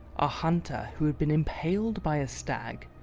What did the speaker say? a hunter who had been impaled by a stag.